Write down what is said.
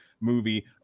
movie